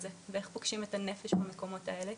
זה ואיך פוגשים את הנפש במקומות האלה.